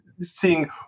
Seeing